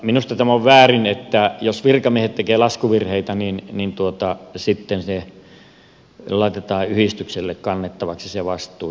minusta tämä on väärin että jos virkamiehet tekevät laskuvirheitä niin sitten se vastuu laitetaan yhdistykselle kannettavaksi